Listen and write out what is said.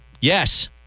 Yes